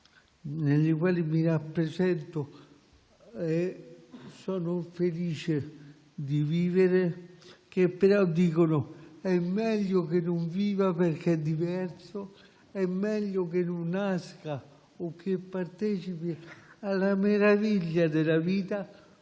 nei quali mi rappresento e sono felice di vivere, dicono però che è meglio che non viva perché è diverso, è meglio che non nasca o che partecipi alla meraviglia della vita